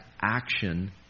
action